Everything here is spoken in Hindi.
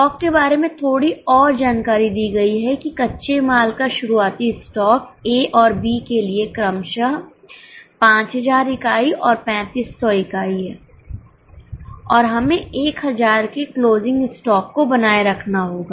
स्टॉक के बारे में थोड़ी और जानकारी दी गई है कि कच्चे माल का शुरुआती स्टॉक ए और बी के लिए क्रमशः 5000 इकाई और 3500 इकाई है और हमें 1000 के क्लोजिंग स्टॉक को बनाए रखना होगा